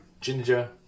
ginger